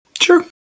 sure